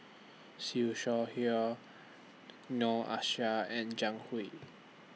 Siew Shaw Her Noor Aishah and Jiang Hu